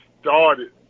started